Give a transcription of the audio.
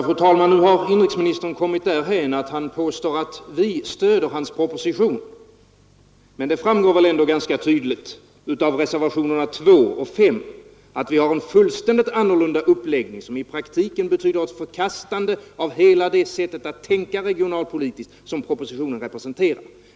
Fru talman! Nu har inrikesministern kommit därhän att han påstår att vi stöder hans proposition. Men det framgår väl ändå ganska tydligt av reservationerna 2 och 5 att vi har en fullständigt annorlunda uppläggning, som i praktiken betyder ett förkastande av hela det sätt att tänka regionalpolitiskt som propositionen representerar.